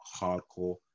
hardcore